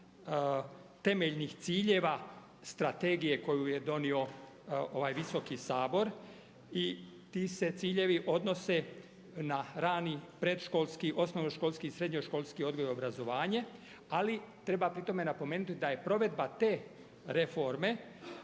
temeljnih ciljeva strategije koju je donio ovaj visoki Sabor i ti se ciljevi odnose na rani predškolski, osnovnoškolski i srednjoškolski odgoj i obrazovanje ali treba pri tome napomenuti da je provedba te reforme